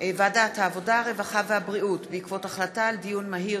ועדת העבודה, הרווחה והבריאות בעקבות דיון מהיר